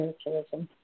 spiritualism